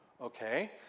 Okay